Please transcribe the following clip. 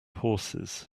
horses